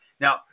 Now